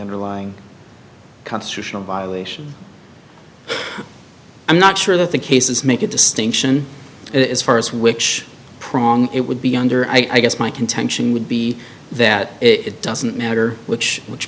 underlying constitutional violation i'm not sure that the cases make a distinction as far as which prong it would be under i guess my contention would be that it doesn't matter which which